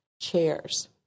chairs